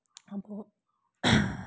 अब